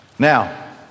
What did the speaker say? Now